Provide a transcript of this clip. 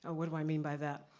ah what do i mean by that?